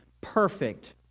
Perfect